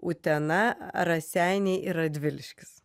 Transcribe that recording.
utena raseiniai ir radviliškis